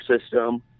system